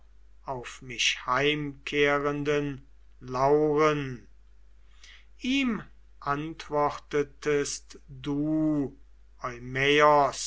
auf mich heimkehrenden lauern ihm antwortetest du